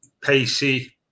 Pacey